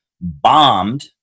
bombed